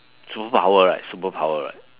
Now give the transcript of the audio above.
superpower right superpower right